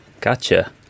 Gotcha